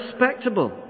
respectable